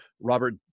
Robert